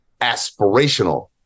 aspirational